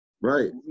Right